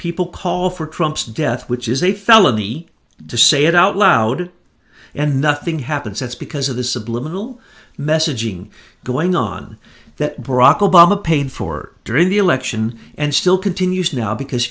people call for trump's death which is a felony to say it out loud and nothing happens that's because of the subliminal messaging going on that barack obama paid for during the election and still continues now because